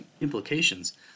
implications